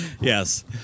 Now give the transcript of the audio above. Yes